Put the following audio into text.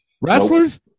Wrestlers